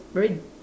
very